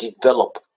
develop